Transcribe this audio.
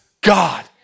God